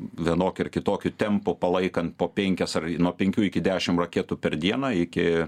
vienokiu ar kitokiu tempu palaikant po penkias ar nuo penkių iki dešim raketų per dieną iki